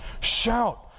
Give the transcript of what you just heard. Shout